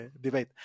debate